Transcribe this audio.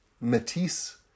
Matisse